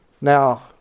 Now